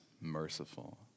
merciful